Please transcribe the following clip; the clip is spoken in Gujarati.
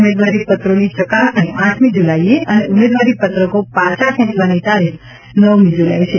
ઉમેદવારીપત્રોની ચકાસણી આઠમી જુલાઇએ અને ઉમેદવારીપત્રકો પાછા ખેંચવાની તારીખ નવમી જુલાઇ છે